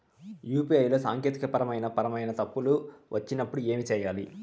UPI లో సాంకేతికపరమైన పరమైన తప్పులు వచ్చినప్పుడు ఏమి సేయాలి